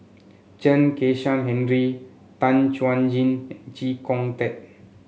Chen Kezhan Henri Tan Chuan Jin and Chee Kong Tet